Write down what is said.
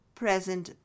present